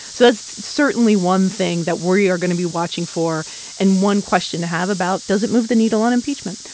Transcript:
so that's certainly one thing that we are going to be watching for and one question to have about, does it move the needle on impeachment?